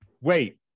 Wait